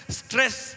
stress